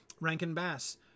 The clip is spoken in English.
Rankin-Bass